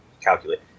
calculate